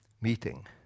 meeting